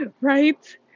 right